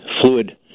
fluid